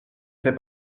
fait